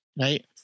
right